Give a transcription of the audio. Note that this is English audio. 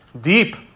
deep